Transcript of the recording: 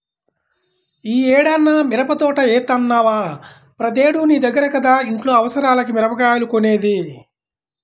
యీ ఏడన్నా మిరపదోట యేత్తన్నవా, ప్రతేడూ నీ దగ్గర కదా ఇంట్లో అవసరాలకి మిరగాయలు కొనేది